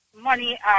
money